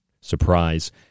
surprise